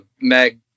Meg